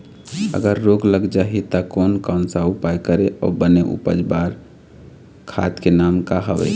अगर रोग लग जाही ता कोन कौन सा उपाय करें अउ बने उपज बार खाद के नाम का हवे?